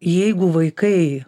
jeigu vaikai